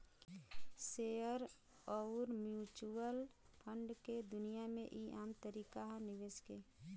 share अउर mutual fund के दुनिया मे ई आम तरीका ह निवेश के